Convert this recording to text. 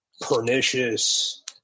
pernicious